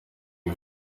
uyu